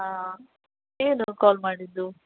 ಹಾಂ ಏನು ಕಾಲ್ ಮಾಡಿದ್ದು